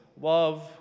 Love